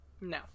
No